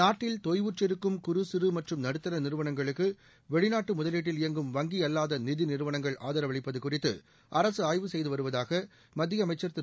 நாட்டில் தொய்வுற்றிருக்கும் குறு சிறு மற்றும் நடுத்தர நிறுவனங்களுக்கு வெளிநாட்டு முதலீட்டில் இயங்கும் வங்கி அல்லாத நிதி நிறுவனங்கள் ஆதரவளிப்பது குறித்து அரசு ஆய்வு செய்து வருவதாக மத்திய அமைச்சர் திரு